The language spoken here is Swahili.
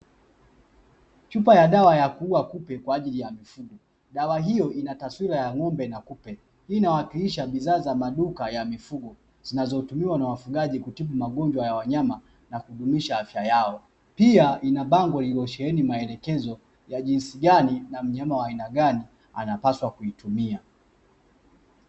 Chupa ya dawa ya kuua kupe kwa ajili ya mifugo. Dawa hiyo ina taswira ya ng’ombe na kupe, hii inawakilisha bidhaa za maduka ya mifugo zinazotumiwa na wafugaji kutibu magonjwa ya wanyama na kudumisha afya yao. Pia ina bango lililosheheni maelekezo ya jinsi gani na mnyama wa aina gani anapaswa kuitumia.